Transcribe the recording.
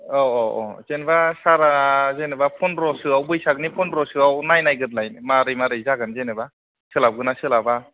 औ औ औ जेनेबा सारा जेनेबा पनद्रसोआव बैसागनि पनद्रसोआव नायनायग्रोलाय माबोरै माबोरै जागोन जेनेबा सोलाबगोन ना सोलाबा